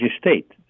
state